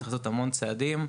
צריך לעשות המון צעדים.